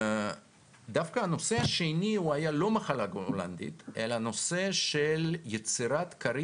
דווקא הנושא השני לא היה המחלה ההולנדית אלא נושא של יצירת כרי